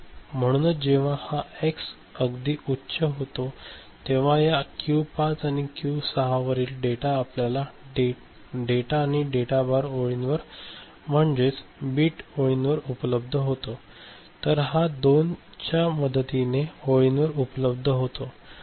आणि म्हणूनच जेव्हा हा एक्स अगदी उच्च होतो तेव्हा या क्यू 5 आणि क्यू 6 वरील डेटा आपल्याला डेटा आणि डेटा बार ओळींवर म्हणजेच बिट ओळींवर उपलब्ध होतो तर या दोन च्या मदतीने डेटा ओळींवर उपलब्ध होतो